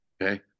Okay